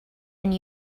and